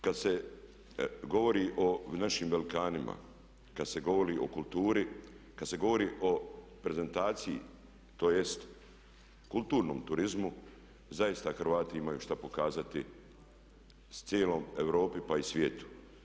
Kad se govori o našim velikanima, kad se govori o kulturi, kad se govori o prezentaciji tj. kulturnom turizmu zaista Hrvati imaju što pokazati cijeloj Europi pa i svijetu.